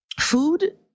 food